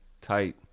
tight